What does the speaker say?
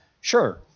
Sure